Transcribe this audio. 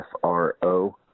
FRO